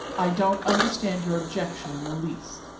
i don't understand your objection in the least.